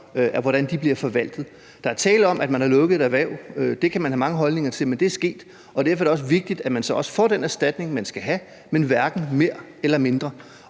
er tale om, bliver forvaltet. Der er tale om, at man har lukket et erhverv, og det kan man have mange holdninger til. Men det er sket, og derfor er det så også vigtigt, at man får den erstatning, man skal have, men hverken mere eller mindre.